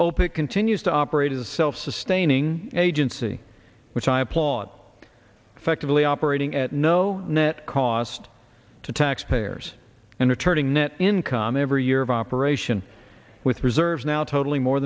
opaque continues to operate a self sustaining agency which i applaud effectively operating at no net cost to taxpayers and returning net income every year of operation with reserves now totaling more